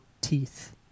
teeth